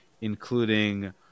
including